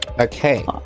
okay